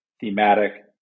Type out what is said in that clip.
Thematic